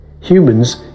Humans